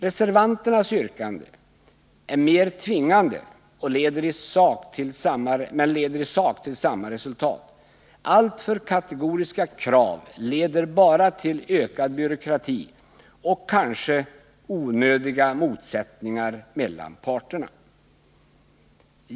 Reservanternas yrkande är mer tvingande, men leder i sak till samma resultat. Alltför kategoriska krav leder bara till ökad byråkrati och kanske till onödiga motsättningar mellan parterna.